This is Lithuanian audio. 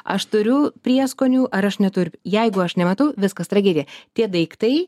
aš turiu prieskonių ar aš neturiu jeigu aš nematau viskas tragedija tie daiktai